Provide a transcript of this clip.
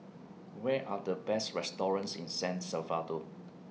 Where Are The Best restaurants in San Salvador